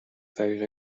طریق